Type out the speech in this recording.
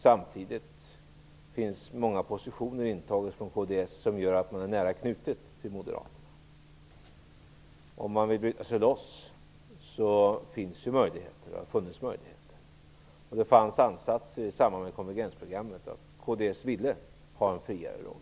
Samtidigt har kds intagit många positioner som gör att det är nära knutet till Moderaterna. Om man velat bryta sig loss hade det funnits möjligheter, och det förekom i samband med konvergensprogrammet ansatser till att kds skulle inta en friare roll.